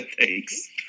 Thanks